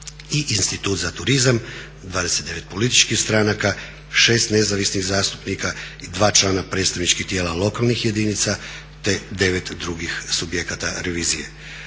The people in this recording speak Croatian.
i Institut za turizam, 29 političkih stranaka, 6 nezavisnih zastupnika i 2 člana predstavničkih tijela lokalnih jedinica te 9 drugih subjekata revizije.